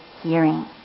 hearing